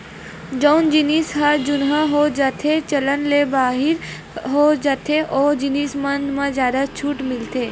जउन जिनिस ह जुनहा हो जाथेए चलन ले बाहिर हो जाथे ओ जिनिस मन म जादा छूट मिलथे